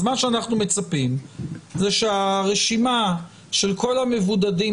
אז מה שאנחנו מצפים זה שהרשימה של כל המבודדים